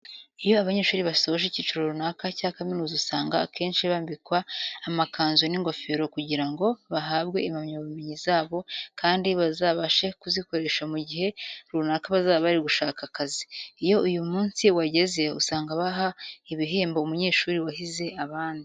Iyo abanyeshuri basoje icyiciro runaka cya kaminuza usanga akenshi bambikwa amakanzu n'ingofero kugira ngo bahabwe impamyabumenyi zabo kandi bazabashe kuzikoresha mu gihe runaka bazaba bari gushaka akazi. Iyo uyu munsi wageze usanga baha igihembo umunyeshuri wahize abandi.